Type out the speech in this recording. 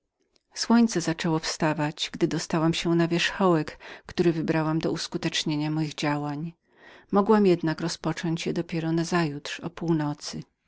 słońce zaczęło wstawać gdy dostałam się na wierzchołek który wybrałam do uskutecznienia moich działań niemogłam jednak ich rozpocząć jak dopiero nazajutrz o północy